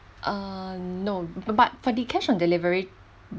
uh no but for the cash on delivery